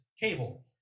cable